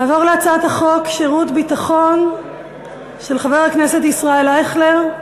נעבור להצעת חוק של חבר הכנסת ישראל אייכלר,